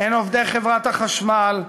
הם עובדי חברת החשמל,